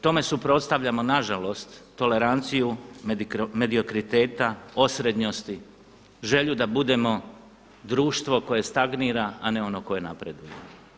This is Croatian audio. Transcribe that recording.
Tome suprotstavljamo nažalost toleranciju mediokriteta, osrednjosti, želju da budemo društvo koje stagnira a ne ono koje napreduje.